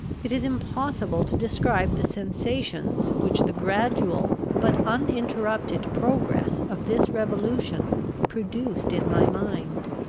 it is impossible to describe the sensations, which the gradual but uninterrupted progress of this revolution produced in my mind.